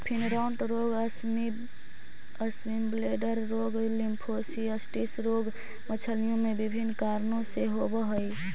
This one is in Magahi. फिनराँट रोग, स्विमब्लेडर रोग, लिम्फोसिस्टिस रोग मछलियों में विभिन्न कारणों से होवअ हई